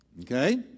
Okay